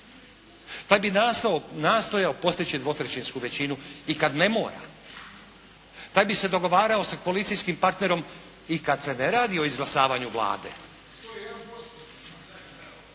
Taj bi nastojao postići dvotrećinsku većinu i kad ne mora. Taj bi se dogovarao sa koalicijskim partnerom i kad se ne radi o izglasavanju Vlade.